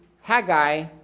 Haggai